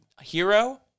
hero